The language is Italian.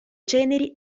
ceneri